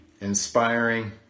inspiring